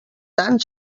tant